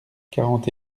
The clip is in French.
quarante